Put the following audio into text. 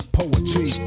poetry